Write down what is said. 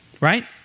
Right